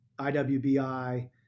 IWBI